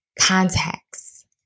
contacts